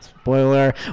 Spoiler